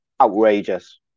outrageous